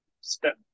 step